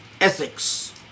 ethics